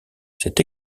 c’est